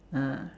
uh